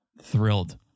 thrilled